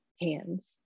hands